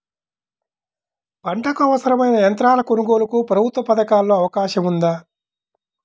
పంటకు అవసరమైన యంత్రాల కొనగోలుకు ప్రభుత్వ పథకాలలో అవకాశం ఉందా?